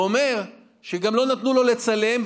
הוא אומר שגם לא נתנו לו לצלם,